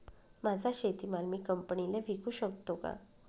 माझा शेतीमाल मी कंपनीला विकू शकतो का?